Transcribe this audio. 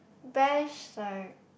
bash like